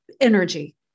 energy